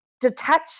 detach